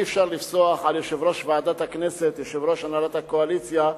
אי-אפשר לפסוח על יושב-ראש ועדת הכנסת ויושב-ראש הנהלת הקואליציה,